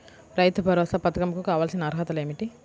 రైతు భరోసా పధకం కు కావాల్సిన అర్హతలు ఏమిటి?